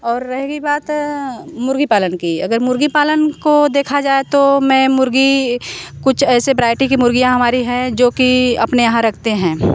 और रहेगी बात मुर्गी पालन की अगर मुर्गी पालन को देखा जाए तो मैं मुर्गी कुछ ऐसे बरायटी की मुर्गियाँ हमारी हैं जो कि अपने यहाँ रखते हैं